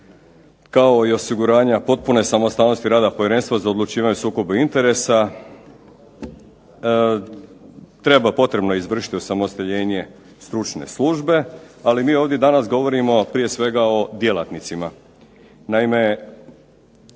kao i osiguranja potpune samostalnosti rada Povjerenstva za odlučivanje o sukobu interesa, treba potrebno izvršiti osamostaljenje stručne službe ali mi danas ovdje govorimo prije svega o djelatnicima.